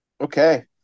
okay